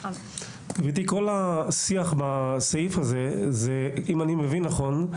גברתי, כל השיח בסעיף הזה, אם אני מבין נכון,